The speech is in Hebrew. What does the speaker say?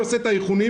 מי עושה את האיכונים,